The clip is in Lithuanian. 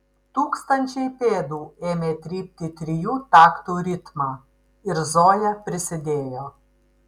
tūkstančiai pėdų ėmė trypti trijų taktų ritmą ir zoja prisidėjo